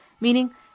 Meaning